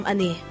Ani